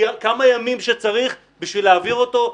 כמה ימים שצריך בשביל להעביר אותו.